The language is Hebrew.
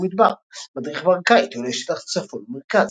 במדבר מדריך ברקאי - טיולי שטח צפון ומרכז,